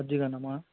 మజ్జిగ అన్నమా